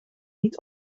niet